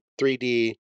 3D